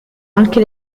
anche